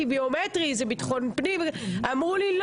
שביומטרי זה ביטחון פנים אבל אמרו לי,